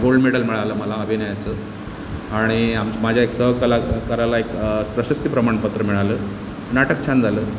gold medal मिळालं मला अभिनयाचं आणि आम माझ्या एक सहकलाकाराला एक प्रशस्ती प्रमाणपत्र मिळालं नाटक छान झालं